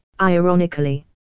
ironically